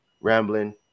rambling